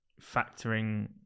factoring